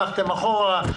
הלכתם אחורה,